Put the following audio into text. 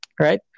Right